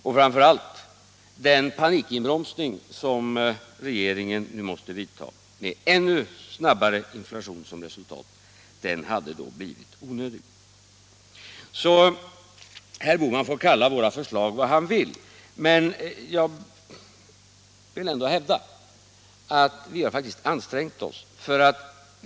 Och framför allt hade den panikinbromsning som regeringen nu måst vidta, med ännu snabbare inflation som resultat, varit onödig. Herr Bohman får kalla våra förslag för vad han vill. Jag vill ändå hävda att vi faktiskt har ansträngt oss.